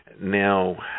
Now